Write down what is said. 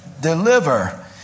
Deliver